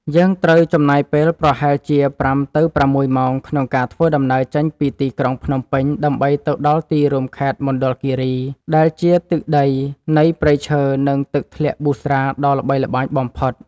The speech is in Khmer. យើងត្រូវចំណាយពេលប្រហែលជាប្រាំទៅប្រាំមួយម៉ោងក្នុងការធ្វើដំណើរចេញពីទីក្រុងភ្នំពេញដើម្បីទៅដល់ទីរួមខេត្តមណ្ឌលគីរីដែលជាទឹកដីនៃព្រៃឈើ និង ទឹកធ្លាក់ប៊ូស្រាដ៏ល្បីល្បាញបំផុត។